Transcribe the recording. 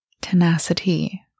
tenacity